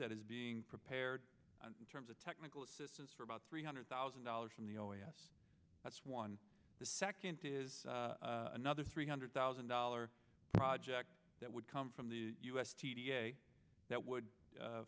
that is being prepared in terms of technical assistance for about three hundred thousand dollars from the oas that's one the second is another three hundred thousand dollar project that would come from the u s that would